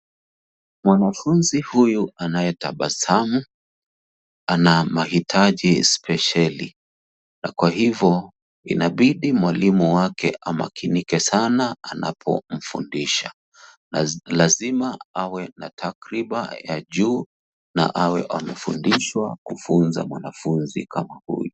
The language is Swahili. Mwanafunzi huyu anayetabasamu ana mahitaji spesheli na kwa hivyo inabidi mwalimu wake amakinike sana anapomfundisha lazima awe na takriba ya juu na awe amefundishwa kufunza mwanafunzi kama huyu.